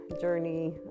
journey